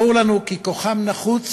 ברור לנו כי כוחם נחוץ,